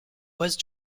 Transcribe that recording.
west